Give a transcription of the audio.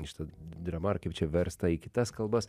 šita drama ar kaip čia versta į kitas kalbas